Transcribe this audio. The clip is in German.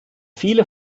viele